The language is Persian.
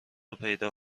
پیدا